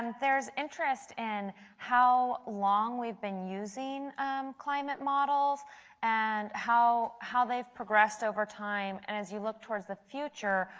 there is interest in how long we have been using climate models and how how they have progressed over time. and as you look towards the future,